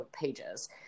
pages